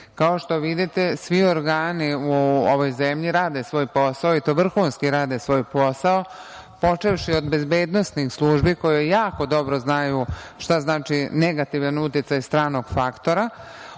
što vidite, svi organi u ovoj zemlji rade svoj posao i to vrhunski rade svoj posao, počevši od bezbednosnih službi koje jako dobro znaju šta znači negativan uticaj stranog faktora,